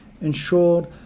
ensured